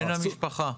בן המשפחה.